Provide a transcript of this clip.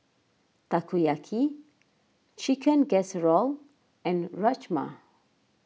Takoyaki Chicken Casserole and Rajma